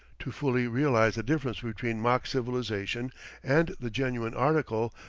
to fully realize the difference between mock-civilization and the genuine article,